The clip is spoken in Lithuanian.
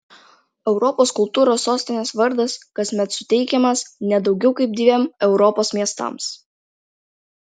europos kultūros sostinės vardas kasmet suteikiamas ne daugiau kaip dviem europos miestams